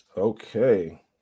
Okay